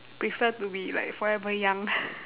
prefer to be like forever young